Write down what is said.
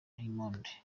monde